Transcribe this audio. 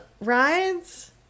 Rides